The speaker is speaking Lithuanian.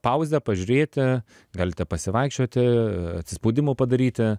pauzę pažiūrėti galite pasivaikščioti atsispaudimų padaryti